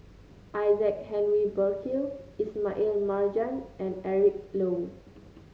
Isaac Henry Burkill Ismail Marjan and Eric Low